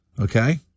okay